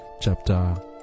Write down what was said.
chapter